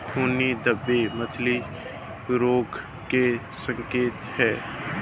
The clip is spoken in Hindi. खूनी धब्बे मछली रोग के संकेत हैं